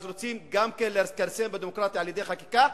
אז רוצים גם לכרסם בדמוקרטיה על-ידי חקיקה,